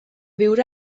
viure